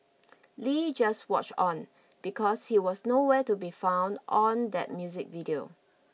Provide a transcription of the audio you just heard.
Lee just watch on because he was no where to be found on that music video